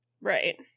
right